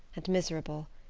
and miserable.